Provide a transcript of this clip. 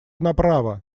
направо